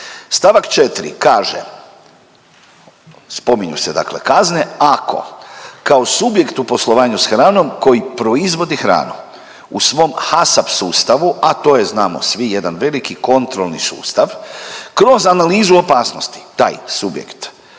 stavak 4. kaže. Spominju se dakle kazne, ako kao subjekt u poslovanju s hranom koji proizvodi hranu u svom HACCP sustavu, a to je znamo svi, jedan veliki kontrolni sustav kroz analizu opasnosti taj subjekt